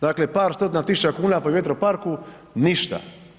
Dakle par stotina tisuća kuna po vjetroparku, ništa.